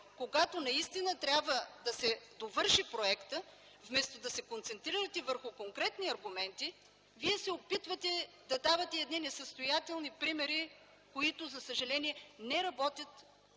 когато наистина трябва да се довърши проекта, вместо да се концентрирате върху конкретни аргументи, вие се опитвате да давате едни несъстоятелни примери, които, за съжаление, не работят